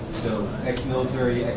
so ex military,